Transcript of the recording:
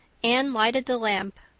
anne lighted the lamp,